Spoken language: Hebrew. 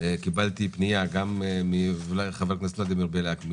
קיבלתי פנייה מחבר הכנסת ולדימיר בליאק,